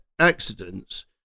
accidents